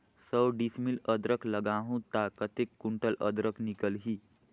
सौ डिसमिल अदरक लगाहूं ता कतेक कुंटल अदरक निकल ही?